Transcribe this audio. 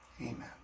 Amen